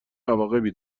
عواقبی